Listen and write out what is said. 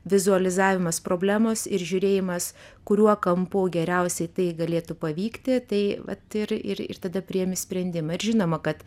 vizualizavimas problemos ir žiūrėjimas kuriuo kampu geriausiai tai galėtų pavykti tai vat ir ir tada priėmė sprendimą ir žinoma kad